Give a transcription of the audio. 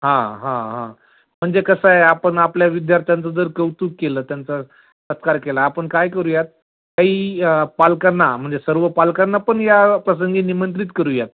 हां हां हां म्हणजे कसं आहे आपण आपल्या विद्यार्थ्यांचं जर कौतुक केलं त्यांचा सत्कार केला आपण काय करूयात काही पालकांना म्हणजे सर्व पालकांना पण या प्रसंगी निमंत्रित करूयात